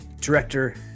director